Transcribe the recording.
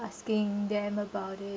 asking them about it